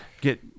get